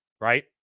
right